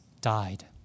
died